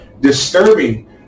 disturbing